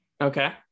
Okay